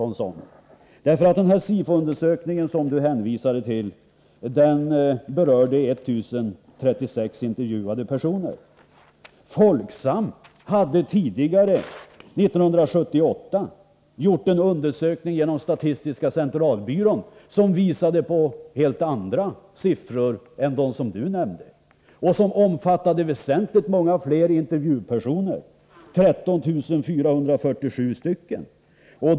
Denna SIFO-undersökning berörde 1 036 intervjuade personer. Folksam hade tidigare — 1978 — låtit statistiska centralbyrån göra en liknande undersökning, som visade på helt andra siffror än de Elisabeth Fleetwood nämnde och som omfattade väsentligt fler intervjuer, nämligen 13 447.